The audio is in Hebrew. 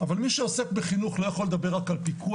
אבל מי שעוסק בחינוך לא יכול לדבר רק על פיקוח,